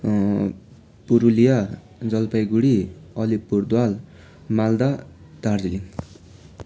Purulia Jalpaiguri Alipurduar Malda Darjeeling